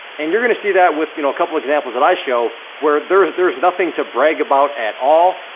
and you're gonna see that with, you know, a couple examples that i show, where there's there's nothing to brag about at all.